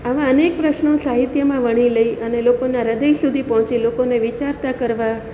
આવા અનેક પ્રશ્નો સાહિત્યમાં વણી લઇ અને લોકોનાં હ્રદય સુધી પહોંચે લોકોને વિચારતા કરવા